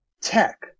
Tech